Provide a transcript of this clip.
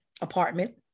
apartment